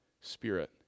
Spirit